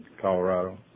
Colorado